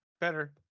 Better